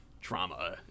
trauma